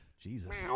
Jesus